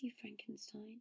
Frankenstein